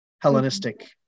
Hellenistic